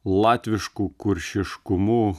latvišku kuršiškumu